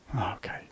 Okay